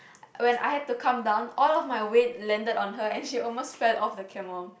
when I had to come down all of my weight landed on her and the almost fell off the camel